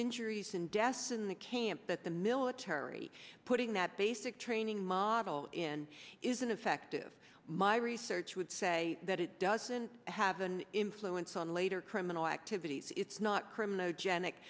injuries and deaths in the camp that the military putting that basic training model in is an effective my research would say that it doesn't have an influence on later criminal activities it's not criminal g